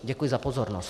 Děkuji za pozornost.